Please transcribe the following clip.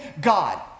God